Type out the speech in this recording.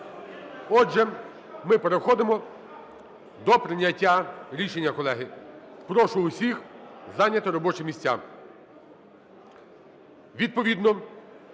Отже, ми переходимо до прийняття рішення, колеги. Прошу всіх зайняти робочі місця.